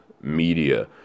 Media